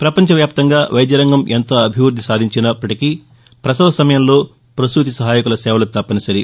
ప్రపంచవ్యాప్తంగా వైద్య రంగం ఎంత అభివృద్ది సాధించినా ఇప్పటికీ ప్రసవ సమయంలో ప్రసూతి సహాయకుల సేవలు తప్పనిసరి